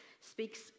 speaks